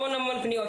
המון המון פניות.